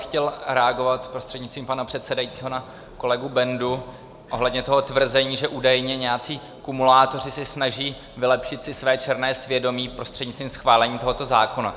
Chtěl bych reagovat prostřednictvím pana předsedajícího na kolegu Bendu ohledně toho tvrzení, že údajně nějací kumulátoři se snaží vylepšit si své černé svědomí prostřednictvím schválení tohoto zákona.